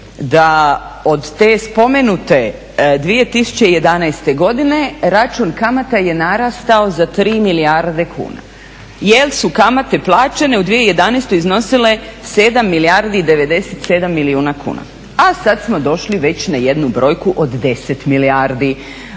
da od te spomenute 2011. godine račun kamata je narastao za 3 milijarde kuna jer su kamate plaćene u 2011. iznosile 7 milijardi i 97 milijuna kuna. A sad smo došli već na jednu brojku od 10 milijardi.